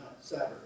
Saturday